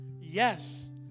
Yes